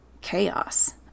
chaos